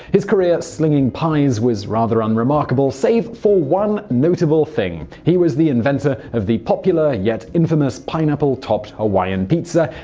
his career slinging pies was rather unremarkable save for one notable thing he was the inventor of the popular, yet infamous pineapple-topped hawaiian pizza,